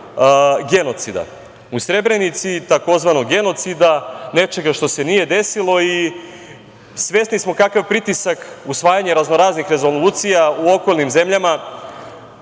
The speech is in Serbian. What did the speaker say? genocida u Srebrenici tzv. genocida, nečega što se nije desilo i svesni smo kakav pritisak usvajanja razno raznih rezolucija u okolnim zemljama